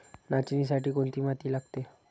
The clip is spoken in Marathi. नाचणीसाठी कोणती माती लागते?